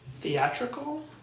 theatrical